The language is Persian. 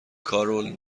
کارول